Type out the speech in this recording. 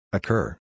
Occur